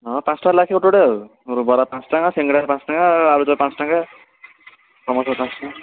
ହଁ ପାଞ୍ଚ ଟଙ୍କା ଲେଖାଁଏ ଗୋଟେ ଗୋଟେ ଆଉ ବରା ପାଞ୍ଚ ଟଙ୍କା ସିଙ୍ଗଡ଼ା ପାଞ୍ଚ ଟଙ୍କା ଆଳୁଚପ୍ ପାଞ୍ଚ ଟଙ୍କା ସମୋସା ପାଞ୍ଚ ଟଙ୍କା